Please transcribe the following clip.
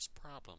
problem